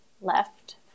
left